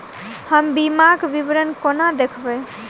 हम बीमाक विवरण कोना देखबै?